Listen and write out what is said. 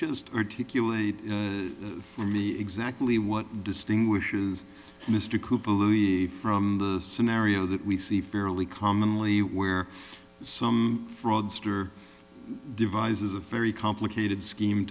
just articulate for me exactly what distinguishes mr cooper louis from the scenario that we see fairly commonly where some fraudster devises a very complicated scheme